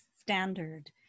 standard